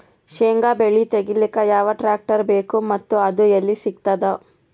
ಶೇಂಗಾ ಬೆಳೆ ತೆಗಿಲಿಕ್ ಯಾವ ಟ್ಟ್ರ್ಯಾಕ್ಟರ್ ಬೇಕು ಮತ್ತ ಅದು ಎಲ್ಲಿ ಸಿಗತದ?